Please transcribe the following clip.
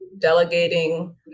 delegating